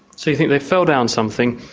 so you think they fell down something,